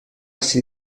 ser